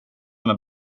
med